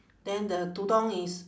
then the tudung is